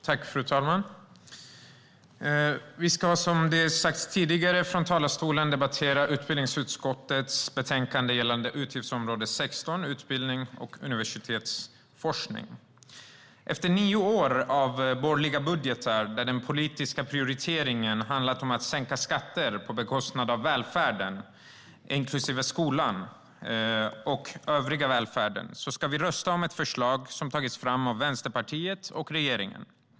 Fru talman! Vi ska som det sagts tidigare från talarstolen debattera utbildningsutskottets betänkande gällande utgiftsområde 16 Utbildning och universitetsforskning. Efter nio år av borgerliga budgetar där den politiska prioriteringen har handlat om att sänka skatter på bekostnad av välfärden och skolan ska vi rösta om ett förslag som tagits fram av Vänsterpartiet och regeringen.